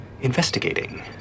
investigating